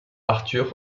arthur